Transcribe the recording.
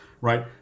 right